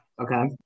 Okay